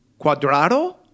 cuadrado